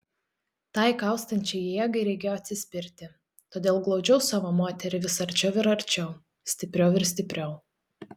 tai kaustančiai jėgai reikėjo atsispirti todėl glaudžiau savo moterį vis arčiau ir arčiau stipriau ir stipriau